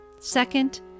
Second